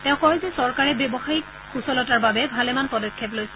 তেওঁ কয় যে চৰকাৰে ব্যৱসায়িক সূচলতাৰ বাবে ভালেমান পদক্ষেপ লৈছে